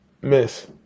Miss